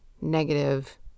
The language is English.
negative